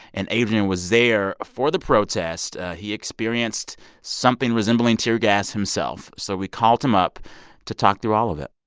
and adrian was there for the protest. he experienced something resembling tear gas himself. so we called him up to talk through all of it